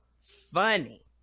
funny